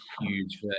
huge